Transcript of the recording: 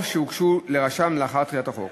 מסמכים שהוגשו לרשם לאחר תחילת החוק.